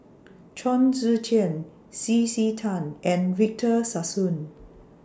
Chong Tze Chien C C Tan and Victor Sassoon